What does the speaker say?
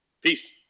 Peace